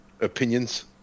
opinions